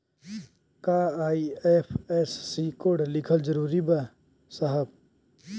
का IFSC code लिखल जरूरी बा साहब?